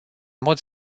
mod